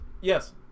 Yes